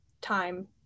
time